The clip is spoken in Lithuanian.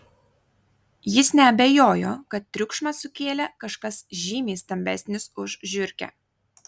jis neabejojo kad triukšmą sukėlė kažkas žymiai stambesnis už žiurkę